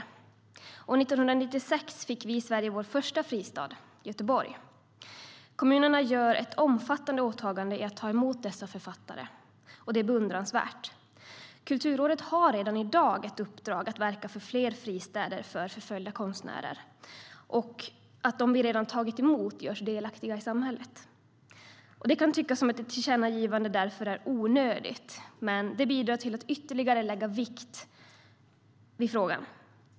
År 1996 fick vi i Sverige vår första fristad - Göteborg. Kommunerna gör ett omfattande åtagande i att ta emot dessa författare, och det är beundransvärt. Kulturrådet har redan i dag ett uppdrag att verka för fler fristäder för förföljda konstnärer och för att de som vi redan har tagit emot görs delaktiga i samhället. Det kan därför tyckas att ett tillkännagivande är onödigt. Men det bidrar till att ytterligare lägga vikt vid frågan.